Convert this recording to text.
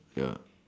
ya